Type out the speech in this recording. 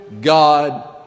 God